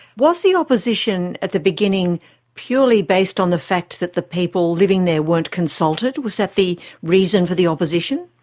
was the opposition at the beginning purely based on the fact that the people living there weren't consulted? was that the reason for the opposition?